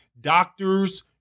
doctors